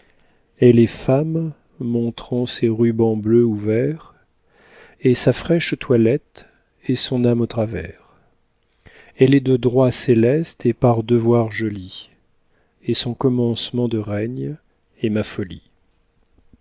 elle est femme montrant ses rubans bleus ou verts et sa fraîche toilette et son âme au travers elle est de droit céleste et par devoir jolie et son commencement de règne est ma folie